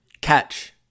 catch